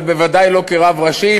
אבל בוודאי לא כרב ראשי,